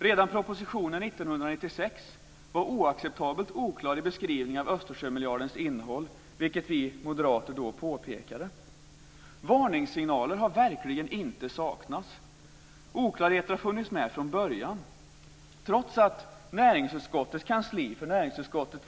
Redan propositionen 1996 var oacceptabelt oklar i beskrivningen av Östersjömiljardens innehåll, vilket vi moderater då påpekade. Varningssignaler har verkligen inte saknats. Oklarheter har funnits med från början. Näringsutskottet var huvudutskott för hanteringen av frågan.